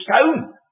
stone